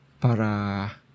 para